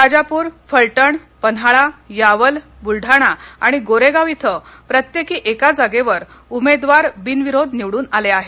राजापूर फलटण पन्हाळा यावलबूलडाणा आणि गोरेगाव इथं प्रत्येकी एका जागेवर उमेदवार बिनविरोध निवडून आले आहेत